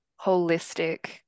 holistic